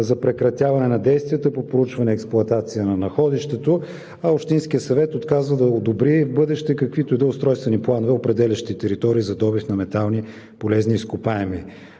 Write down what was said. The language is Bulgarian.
за прекратяване на действията по проучване и експлоатация на находището, а Общинският съвет отказва да одобри в бъдеще каквито и да е устройствени планове, определящи територии за добив на метални полезни изкопаеми.